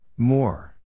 More